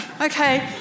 Okay